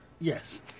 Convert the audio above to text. Yes